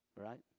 Right